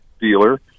dealer